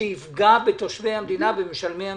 שיפגע בתושבי המדינה ובמשלמי המיסים.